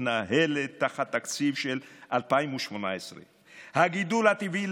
מתנהלת תחת תקציב של 2018. הגידול הטבעי